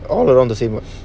all around the same